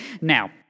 now